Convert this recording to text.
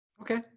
Okay